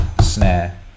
snare